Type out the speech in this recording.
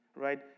Right